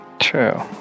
True